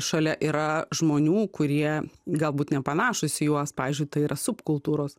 šalia yra žmonių kurie galbūt nepanašūs į juos pavyzdžiui tai yra subkultūros